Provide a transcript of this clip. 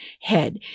head